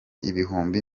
ibihumbi